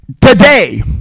today